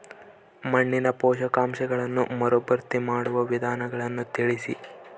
ಮಣ್ಣಿನ ಪೋಷಕಾಂಶಗಳನ್ನು ಮರುಭರ್ತಿ ಮಾಡುವ ವಿಧಾನಗಳನ್ನು ತಿಳಿಸಿ?